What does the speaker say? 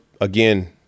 Again